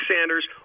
Sanders